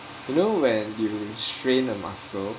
you know when you strained a muscle